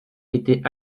était